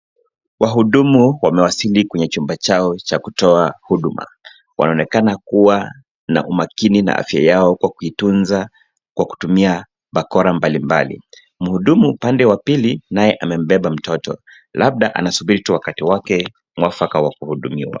Wahudumu wamewasili kwenye chumba chao cha kutoa huduma. Wanaonekana kuwa na umakini na afya yao kwa kuitunza kwa kutumia bakola mbalimbali . Muhudumu upande wa pili naye amembeba mtoto labda anasubiri wakati wake mwafaka wa kuhudumiwa.